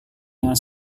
dengan